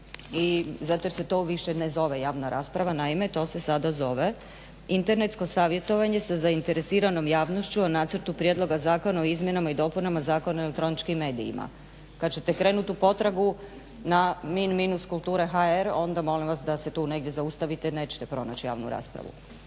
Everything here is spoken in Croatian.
zato jer se to više ne zove javna rasprava. Naime, to se sada zove internetsko savjetovanje sa zainteresiranom javnošću o nacrtu Prijedlog zakona o izmjenama i dopunama Zakona o elektroničkim medijima. Kada ćete krenuti u potragu na min-kultura.hr onda molim vas da se tu negdje zaustavite jer nećete pronaći javnu raspravu.